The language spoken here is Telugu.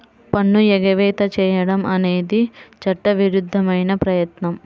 పన్ను ఎగవేత చేయడం అనేది చట్టవిరుద్ధమైన ప్రయత్నం